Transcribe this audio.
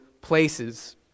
places